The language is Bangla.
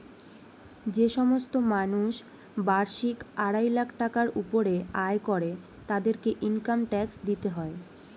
যে সমস্ত মানুষ বার্ষিক আড়াই লাখ টাকার উপরে আয় করে তাদেরকে ইনকাম ট্যাক্স দিতে হয়